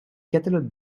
catalogues